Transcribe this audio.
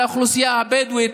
על האוכלוסייה הבדואית,